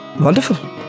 Wonderful